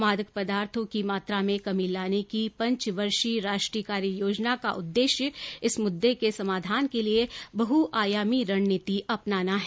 मादक पदार्थो की मात्रा में कमी लाने की पंचवर्षीय राष्ट्रीय कार्ययोजना का उद्देश्य इस मुद्दे के समाधान के लिए बहुआयामी रणनीति अपनाना है